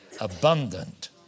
abundant